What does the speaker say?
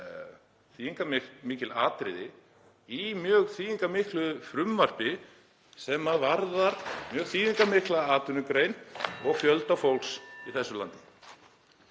þýðingarmikil atriði í mjög þýðingarmiklu frumvarpi sem varðar mjög þýðingarmikla atvinnugreina og fjölda fólks í þessu landi.